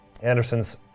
Anderson's